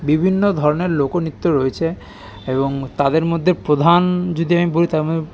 বিভিন্ন ধরনের লোকনৃত্য রয়েছে এবং তাদের মধ্যে প্রধান যদি আমি বলি তার মধ্যে